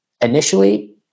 Initially